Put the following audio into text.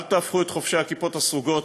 אל תהפכו את חובשי הכיפות הסרוגות,